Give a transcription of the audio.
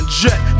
jet